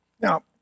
Now